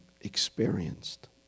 experienced